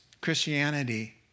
Christianity